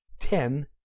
ten